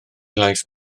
lais